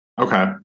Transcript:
Okay